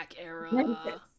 era